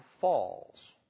falls